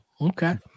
okay